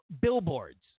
billboards